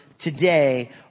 ...today